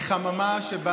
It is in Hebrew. היא חממה שבה